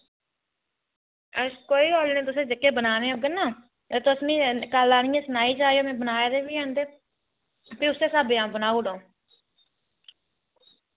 अच्छ कोई गल्ल नेईं तुसैं जेह्के बनाने होगे ना ते तुस मि कल आह्नियै सनाई जाएओ मैं बनाए दे बी हैन ते फ्ही उस्से स्हाबे दे आऊं बनाउड़ आऊं